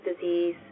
disease